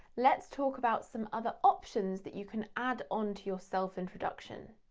let's talk about some other options that you can add on to your self introduction.